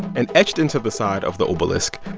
and etched into the side of the obelisk,